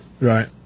Right